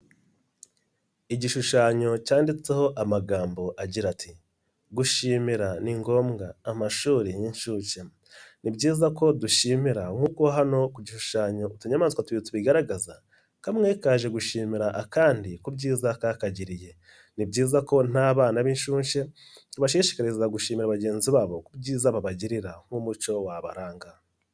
Igishushanyo cyanditseho amagambo agira ati "Gushimira ni ngombwa amashuri y'inshuke" Ni byiza ko dushimira nk'uko hano kugishushanyo utunyamaswa tubiri tubigaragaza kamwe kaje gushimira akandi ku byiza kakagiriye, ni byiza ko n'abana b'inshuke tubashishikariza gushimira bagenzi babo ku byiza babagirira nk'umuco wabaranga.